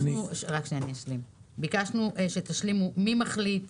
ביקשנו שתשלימו מי מחליט.